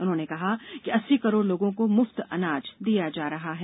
उन्होंने कहा कि अस्सी करोड़ लोगों को मुफ्त अनाज दिया जा रहा है